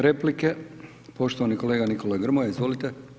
Replike, poštovani kolega Nikola Grmoja, izvolite.